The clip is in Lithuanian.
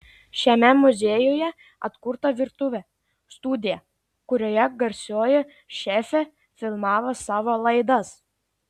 šiame muziejuje atkurta virtuvė studija kurioje garsioji šefė filmavo savo laidas